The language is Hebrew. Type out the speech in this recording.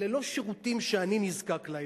אלה לא שירותים שאני נזקק להם,